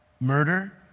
Murder